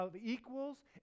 equals